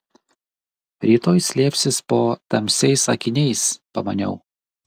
rytoj slėpsis po tamsiais akiniais pamaniau